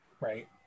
Right